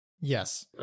Yes